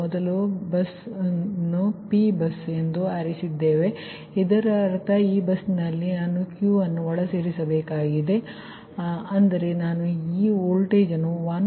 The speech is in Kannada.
ಮೊದಲು ನಾನು ಬಸ್ ಅನ್ನು P ಬಸ್ ಎಂದು ಆರಿಸಿದ್ದೇನೆ ಸರಿ ಇದರರ್ಥ ಈ ಬಸ್ನಲ್ಲಿ ನಾನು Q ಅನ್ನು ಒಳಸೇರಿಸಬೇಕಾಗಿದೆ ಅಂದರೆ ನಾನು ಈ ವೋಲ್ಟೇಜ್ ಅನ್ನು 1